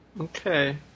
Okay